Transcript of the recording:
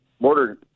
border